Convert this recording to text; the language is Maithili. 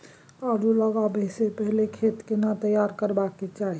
आलू लगाबै स पहिले खेत केना तैयार करबा के चाहय?